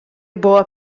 buvo